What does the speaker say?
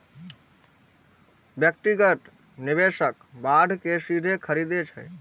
व्यक्तिगत निवेशक बांड कें सीधे खरीदै छै